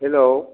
hello